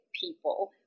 people